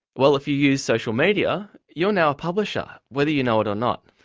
well, if you use social media, you're now a publisher, whether you know it or not.